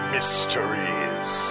Mysteries